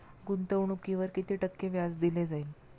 गुंतवणुकीवर किती टक्के व्याज दिले जाईल?